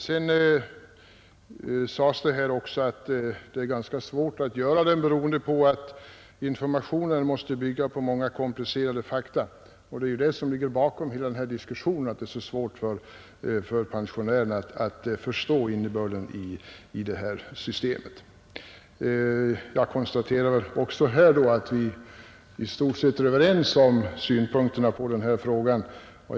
Statsrådet sade att det är ganska svårt att framställa den beroende på att informationen måste bygga på många komplicerade fakta. Det är just svårigheterna för pensionärerna att förstå innebörden i systemet som ligger bakom hela denna diskussion. Också jag vill konstatera att statsrådet och jag i stort sett är överens i våra synpunkter på den här frågan.